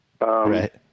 Right